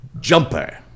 Jumper